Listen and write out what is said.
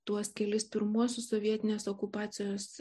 tuos kelis pirmuosius sovietinės okupacijos